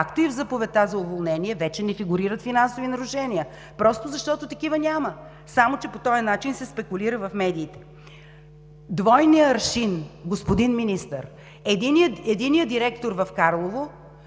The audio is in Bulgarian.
и в заповедта за уволнение, вече не фигурират финансови нарушения просто защото такива няма. Само че по този начин се спекулира в медиите. Двойният аршин, господин Министър: единият директор в Карлово